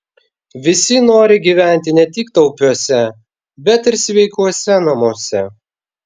visi nori gyventi ne tik taupiuose bet ir sveikuose namuose